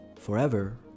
forever